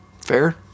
Fair